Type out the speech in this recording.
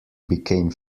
became